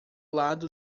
lado